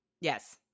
Yes